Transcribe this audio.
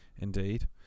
Indeed